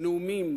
נאומים